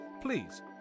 please